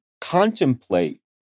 contemplate